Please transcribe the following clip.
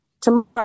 tomorrow